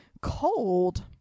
Cold